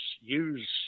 use